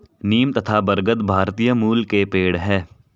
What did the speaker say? नीम तथा बरगद भारतीय मूल के पेड है